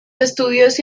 estudios